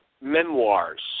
memoirs